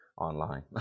online